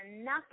enough